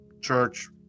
church